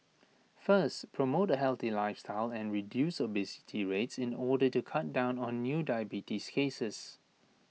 first promote A healthy lifestyle and reduce obesity rates in order to cut down on new diabetes cases